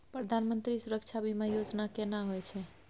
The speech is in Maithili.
प्रधानमंत्री सुरक्षा बीमा योजना केना होय छै?